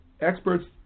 experts